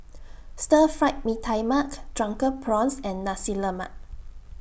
Stir Fried Mee Tai Mak Drunken Prawns and Nasi Lemak